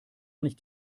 nicht